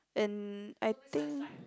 and I think